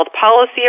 policy